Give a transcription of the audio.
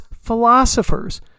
philosophers